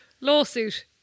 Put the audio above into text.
lawsuit